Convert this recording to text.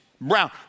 brown